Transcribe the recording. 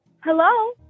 Hello